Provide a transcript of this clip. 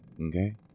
okay